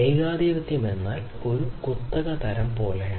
ഏകാധിപത്യം എന്നാൽ അത് ഒരു കുത്തക തരം പോലെയാണ്